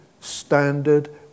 standard